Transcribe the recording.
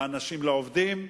לעובדים.